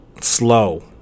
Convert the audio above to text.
slow